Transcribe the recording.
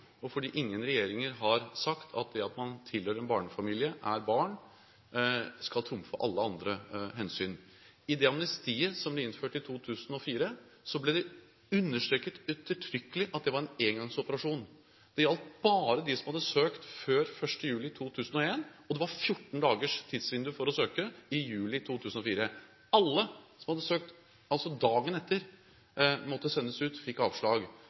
og fordi ingen regjeringer har sagt at det at man tilhører en barnefamilie eller er barn, skal trumfe alle andre hensyn. I det amnestiet som ble innført i 2004, ble det understreket ettertrykkelig at det var en engangsoperasjon. Det gjaldt bare dem som hadde søkt før 1. juli 2001, og det var et 14-dagers tidsvindu for å søke i juli 2004. Alle som hadde søkt dagen etter, måtte sendes ut – de fikk avslag.